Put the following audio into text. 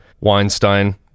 Weinstein